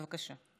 בבקשה.